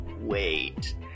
wait